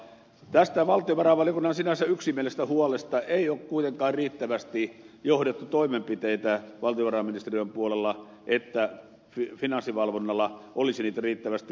tästä valtiovarainvaliokunnan sinänsä yksimielisestä huolesta ei ole kuitenkaan riittävästi johdettu toimenpiteitä valtiovarainministeriön puolella niin että finanssivalvonnalla olisi niitä riittävästi